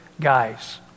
guys